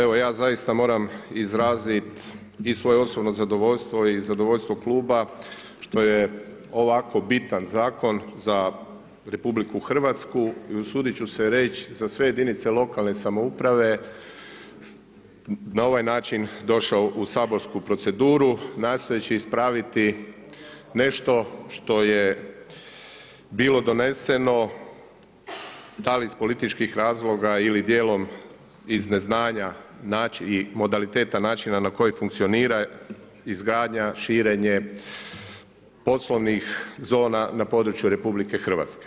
Evo ja zaista moram izrazit i svoje osobno zadovoljstvo i zadovoljstvo kluba što je ovako bitan zakon za RH i usudit ću se reć za sve jedinice lokalne samouprave na ovaj način došao u saborsku proceduru nastojeći ispraviti nešto što je bilo doneseno da li iz političkih razloga ili dijelom iz neznanja i modaliteta načina na koji funkcionira izgradnja, širenje poslovnih zona na području RH.